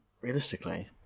realistically